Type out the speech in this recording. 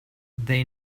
they